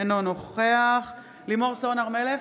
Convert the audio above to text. אינו נוכח לימור סון הר מלך,